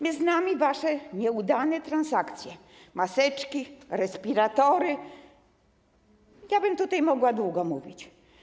My znamy wasze nieudane transakcje: maseczki, respiratory - ja bym tutaj mogła długo mówić.